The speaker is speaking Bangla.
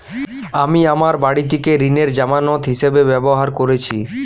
আমি আমার বাড়িটিকে ঋণের জামানত হিসাবে ব্যবহার করেছি